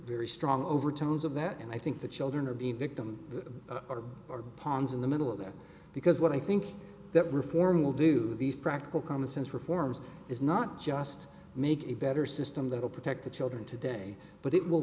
very strong overtones of that and i think the children of the victim are ponds in the middle of that because what i think that reform will do these practical common sense reforms is not just make it a better system that will protect the children today but it will